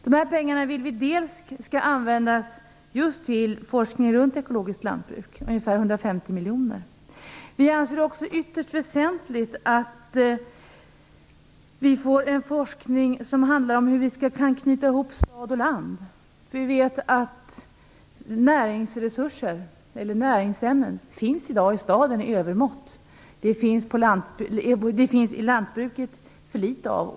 Vi vill att medlen delvis skall användas till forskning runt ekologiskt lantbruk, ungefär 150 miljoner. Vi anser det ytterst väsentligt att vi får en forskning som handlar om hur vi kan knyta ihop stad och land. Vi vet att näringsämnen i dag finns i staden i övermått. Det finns för litet av det i lantbruket.